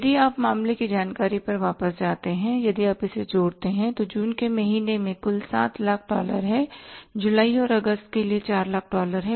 यदि आप मामले की जानकारी पर वापस जाते हैं यदि आप इसे जोड़ते हैं तो जून के महीने में कुल 700000 डॉलर हैं जुलाई और अगस्त के लिए 400000 डॉलर है